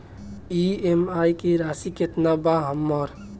EMI की राशि केतना बा हमर?